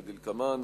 כדלקמן: